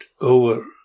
over